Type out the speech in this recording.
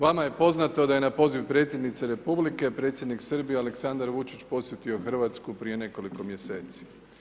Vama je poznato da je na poziv predsjednice Republike, predsjednik Srbije Aleksandar Vučić posjetio Hrvatsku prije nekoliko mjeseci.